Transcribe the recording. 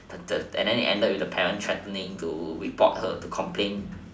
and then it ended with the parent threatening to report her to complain